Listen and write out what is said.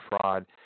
fraud